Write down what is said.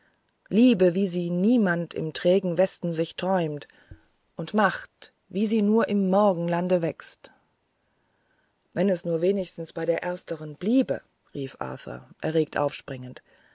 liebe wie sie niemand im trägen westen sich träumt und macht wie sie nur im morgenlande wächst wenn es nur wenigstens bei der ersteren bliebe rief arthur erregt aufspringend